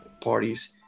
parties